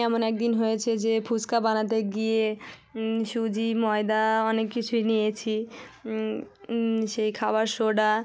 এমন একদিন হয়েছে যে ফুচকা বানাতে গিয়ে সুজি ময়দা অনেক কিছুই নিয়েছি সেই খাবার সোডা